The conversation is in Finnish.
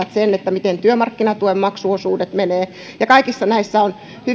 miten työmarkkinatuen maksuosuudet menevät ja kaikissa näissä on hyvin tarkkaan